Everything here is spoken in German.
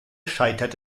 scheitert